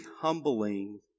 humbling